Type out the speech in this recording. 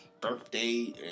birthday